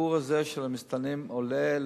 הסיפור הזה של המסתננים עולה,